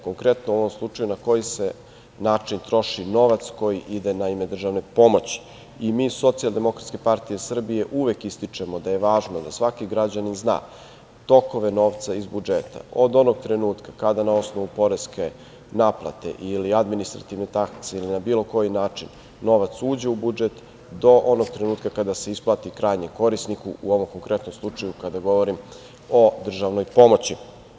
Konkretno u ovom slučaju na koji se način troši novac koji ide na ime državne pomoći i mi iz SDPS uvek ističemo da je važno da svaki građanin zna tokove novca iz budžeta od onog trenutka kada na osnovu poreske naplate ili administrativne takve ili na bilo koji način novac uđe u budžet do onog trenutka kada se isplati krajnjem korisniku, u ovom konkretnom slučaju kada govorimo o državnoj pomoći.